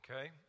Okay